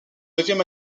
neuvième